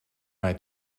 mij